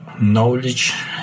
knowledge